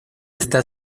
está